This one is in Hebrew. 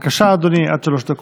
בבקשה, אדוני, עד שלוש דקות.